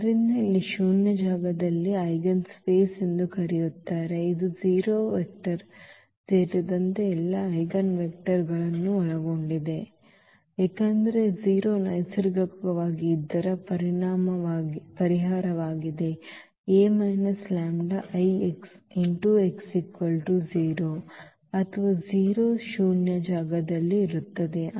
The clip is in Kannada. ಆದ್ದರಿಂದ ಇಲ್ಲಿ ಶೂನ್ಯ ಜಾಗದಲ್ಲಿ ಐಜೆನ್ಸ್ಪೇಸ್ ಎಂದೂ ಕರೆಯುತ್ತಾರೆ ಇದು 0 ವೆಕ್ಟರ್ ಸೇರಿದಂತೆ ಎಲ್ಲಾ ಐಜೆನ್ವೆಕ್ಟರ್ಗಳನ್ನು ಒಳಗೊಂಡಿದೆ ಏಕೆಂದರೆ 0 ನೈಸರ್ಗಿಕವಾಗಿ ಇದರ ಪರಿಹಾರವಾಗಿದೆ A λI x 0 ಅಥವಾ 0 ಶೂನ್ಯ ಜಾಗದಲ್ಲಿ ಇರುತ್ತದೆ